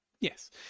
Yes